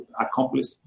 accomplished